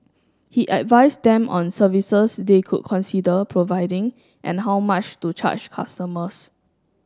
he advise them on services they could consider providing and how much to charge customers